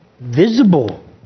visible